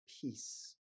peace